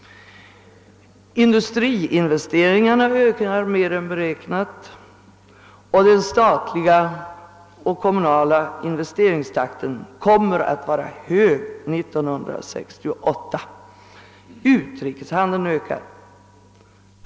Industriinvesteringarna ökar mer än beräknat, och den statliga och kommunala investeringstakten kommer att vara hög 1968. Utrikeshandeln ökar.